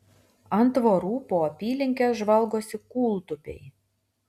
ant tvorų po apylinkes žvalgosi kūltupiai